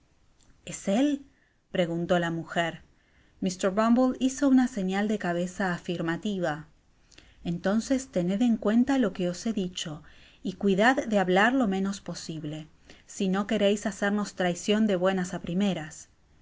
seguida esél preguntó la mujer mr bumble hizo una señal de cabeza afirmativa r entonces tened en cuenta lo que os he dicho y cuidad de hablar lo menos posible si no quereis hacernos traicion de buenas á primeras